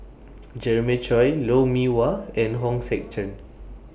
Jeremiah Choy Lou Mee Wah and Hong Sek Chern